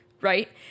Right